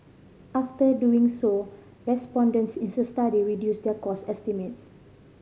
after doing so respondents in the study reduced their cost estimates